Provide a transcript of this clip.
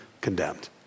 condemned